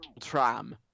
tram